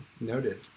noted